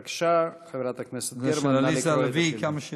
בבקשה, חברת הכנסת גרמן, נא לקרוא את השאילתה.